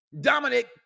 Dominic